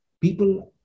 people